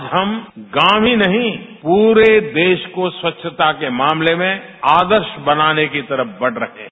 आज हम गांव ही नहीं पूरे देश को स्वच्छता के मामले में आदर्श बनाने की तरफ आगे बढ़ रहे हैं